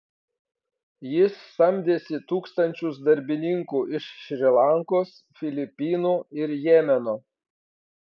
jis samdėsi tūkstančius darbininkų iš šri lankos filipinų ir jemeno